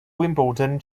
wimbledon